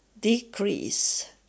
decrease